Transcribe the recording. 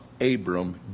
Abram